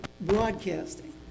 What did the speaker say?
broadcasting